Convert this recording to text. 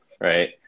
Right